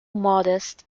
modest